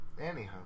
Anyhow